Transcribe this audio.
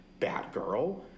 Batgirl